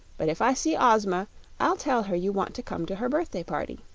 but if i see ozma i'll tell her you want to come to her birthday party.